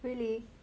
really